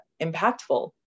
impactful